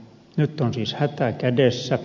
nyt on siis hätä kädessä